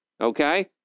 okay